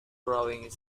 growing